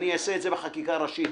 אני אעשה את זה בחקירה ר אשית,